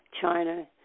China